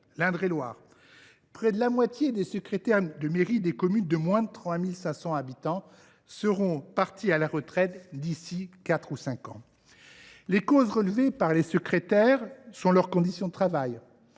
l’Indre et Loire : près de la moitié des secrétaires de mairie des communes de moins de 3 500 habitants seront partis à la retraite d’ici à quatre ou cinq ans. Les causes relevées par les secrétaires de mairie sont leurs conditions de travail,